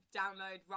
download